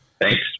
thanks